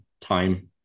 time